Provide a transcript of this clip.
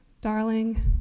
Darling